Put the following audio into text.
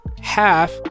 half